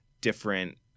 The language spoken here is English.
different